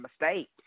mistake